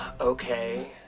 okay